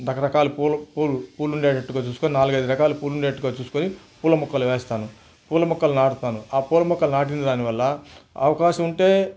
రకరకాల పూలు పూలు ఉండేటట్టుగా చూసుకొని నాలుగు ఐదు రకాలు పూలు ఉండేటట్టుగా చూసుకొని పూల మొక్కలు వేస్తాను పూల మొక్కలను నాటుతాను ఆ పూల మొక్కలను నాటిన దానివల్ల అవకాశం ఉంటే